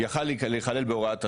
יכל להיכלל בהוראת השעה,